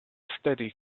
steady